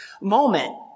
moment